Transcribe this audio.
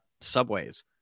subways